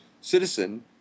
citizen